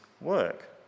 work